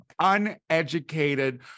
uneducated